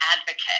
advocate